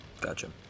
Gotcha